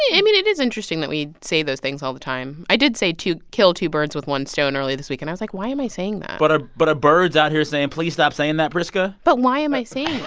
i mean, it is interesting that we say those things all the time. i did say to kill two birds with one stone earlier this week, and i was like, why am i saying that? but are but birds out here saying, please stop saying that, priska? but why am i saying that?